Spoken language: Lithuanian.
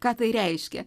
ką tai reiškia